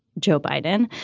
joe biden.